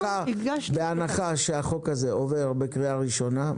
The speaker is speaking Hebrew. בהנחה שהחוק הזה עובר בקריאה ראשונה,